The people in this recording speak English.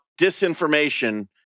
disinformation